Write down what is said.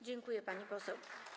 Dziękuję, pani poseł.